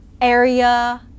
area